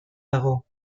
dago